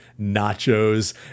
nachos